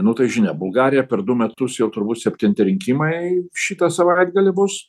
nu tai žinia bulgarija per du metus jau turbūt septinti rinkimai šitą savaitgalį bus